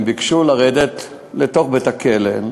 הם ביקשו לרדת לתוך בית-הכלא.